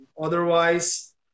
otherwise